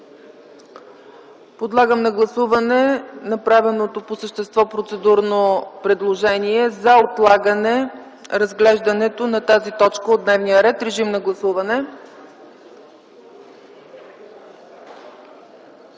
Подлагам на гласуване направеното по същество процедурно предложение за отлагане разглеждането на тази точка от дневния ред. Моля, гласувайте.